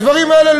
הדברים האלה,